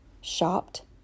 shopped